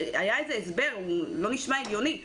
היה איזשהו הסבר אבל זה לא נשמע הגיוני.